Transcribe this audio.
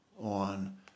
on